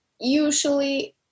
usually